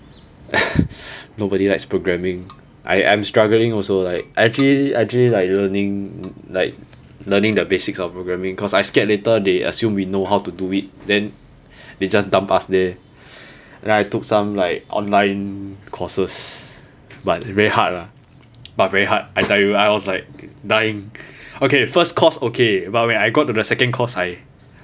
nobody likes programming I I am struggling also like I actually I actually like learning like learning the basics of programming cause I scared later they assume we know how to do it then they just dump us there then I took some like online courses but very hard lah but very hard I tell you I was like dying okay first course okay but when I got to the second course I